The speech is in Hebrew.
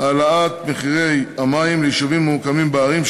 העלאת מחירי המים ליישובים הממוקמים בהרים,